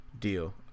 deal